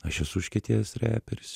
aš esu užkietėjęs reperis